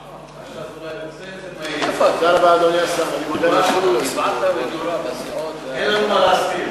ההצעה להעביר את הנושא לוועדת הפנים והגנת הסביבה נתקבלה.